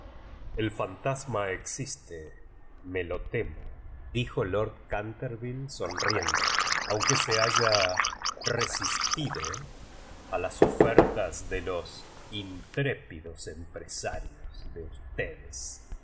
el fantasma existe rué lo temodijo lord canterville sonriendo aunque se ha ya resistido a las ofertas de los intrépidos empresarios de ustedes